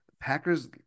Packers